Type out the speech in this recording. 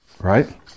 right